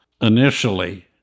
initially